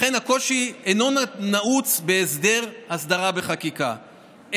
לכן הקושי אינו נעוץ בהיעדר הסדרה בחקיקה,